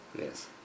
yes